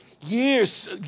Years